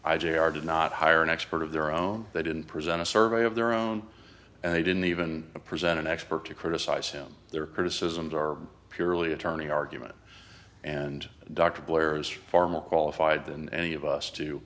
jr did not hire an expert of their own they didn't present a survey of their own and they didn't even present an expert to criticize him their criticisms are purely attorney argument and dr blair is far more qualified than any of us to